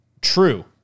true